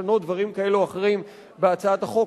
לשנות דברים כאלה או אחרים בהצעת החוק.